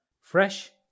Fresh